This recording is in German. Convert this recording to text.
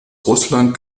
russland